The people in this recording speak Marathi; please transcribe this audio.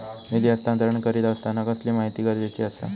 निधी हस्तांतरण करीत आसताना कसली माहिती गरजेची आसा?